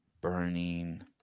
Burning